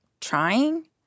trying